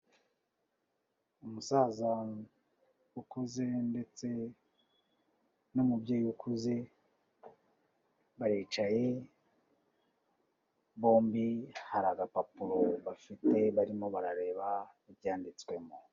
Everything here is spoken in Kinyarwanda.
Umusaza ukuze ndetse n'umubyeyi ukuze, baricaye bombi hari agapapuro bafite barimo barareba ibyanditswemo.